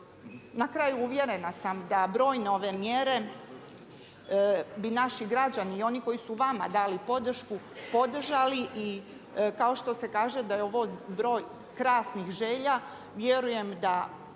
Na kraju, uvjerena sam da brojne ove mjere bi naši građani i oni koji su vama dali podršku podržali. I kao što se kaže da je ovo broj krasnih želja vjerujem da